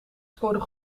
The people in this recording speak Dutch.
scoorden